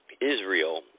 Israel